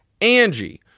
Angie